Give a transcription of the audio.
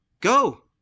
Go